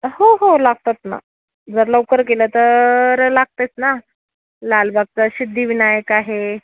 हो हो लागतात ना जर लवकर गेलं तर लागतेच ना लालबागचा सिद्धिविनायक आहे